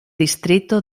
distrito